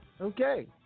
Okay